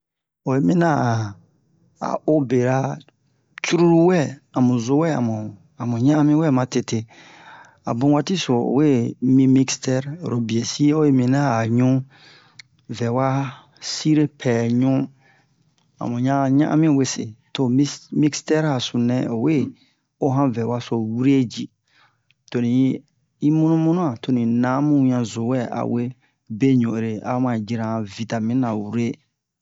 Oyi mina'a a o bera cruru wɛ a mu zo wɛ amu ɲa'ami wɛ ma tete a bun waati so o we mi mixtɛr oro bie si o yi mina a ɲu vɛwa sire pɛ ɲu amu ɲan ɲa'ami wese to mis mixtɛr a sunu nɛ o we o han vɛwa so wure ji toni yi munu munu'a toni na amu wian zowɛ a we be ɲu ere a'o ma jira han vitamini na wure